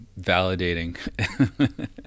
validating